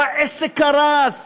או העסק קרס,